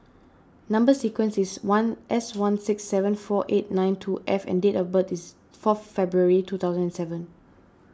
Number Sequence is one S one six seven four eight nine two F and date of birth is fourth February two thousand and seven